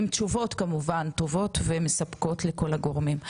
וכמובן עם תשובות טובות ומספקות לכל הגורמים.